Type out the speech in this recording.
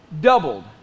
doubled